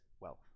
wealth